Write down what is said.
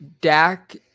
Dak